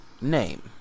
Name